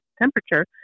temperature